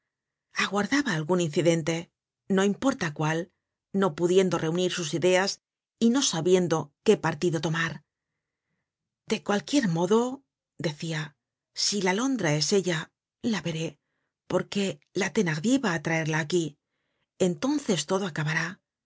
aguardaba algun incidente no importa cuál no pudiendo reunir sus ideas y no sabiendo qué partido tomar content from google book search generated at de cualquier modo decia si la alondra es ella la veré porque la thenardier va á traerla aquí entonces todo acabará